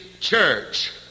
church